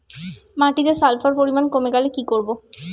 মাটিতে সালফার পরিমাণ কমে গেলে কি করব?